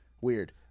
Weird